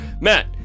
Matt